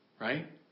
right